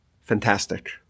fantastic